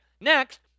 next